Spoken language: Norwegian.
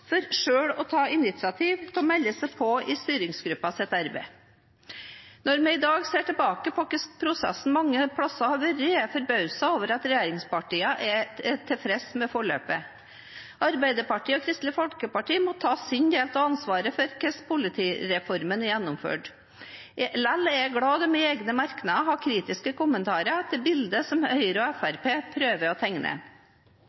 å ta initiativ til å melde seg på i styringsgruppens arbeid. Når vi i dag ser tilbake på hvordan prosessen har vært mange plasser, er jeg forbauset over at regjeringspartiene er tilfreds med forløpet. Arbeiderpartiet og Kristelig Folkeparti må ta sin del av ansvaret for hvordan politireformen er gjennomført. Lell er jeg glad for at de i egne merknader har kritiske kommentarer til bildet som Høyre og